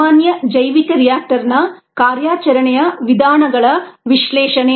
ಸಾಮಾನ್ಯ ಜೈವಿಕ ರಿಯಾಕ್ಟರ್ನ ಕಾರ್ಯಾಚರಣೆಯ ವಿಧಾನಗಳ ವಿಶ್ಲೇಷಣೆ